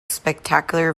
spectacular